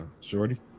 Shorty